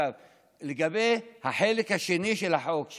לגבי החלק השני של החוק,